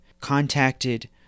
contacted